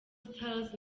stars